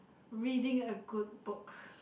reading a good book